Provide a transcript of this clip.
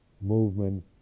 movement